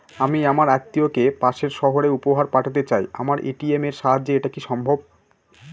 আমি আমার আত্মিয়কে পাশের সহরে উপহার পাঠাতে চাই আমার এ.টি.এম এর সাহায্যে এটাকি সম্ভবপর?